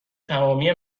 تمامی